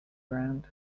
ground